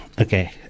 Okay